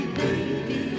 baby